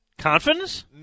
Confidence